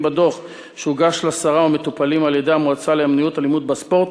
בדוח שהוגש לשרה ומטופלים על-ידי המועצה למניעת אלימות בספורט,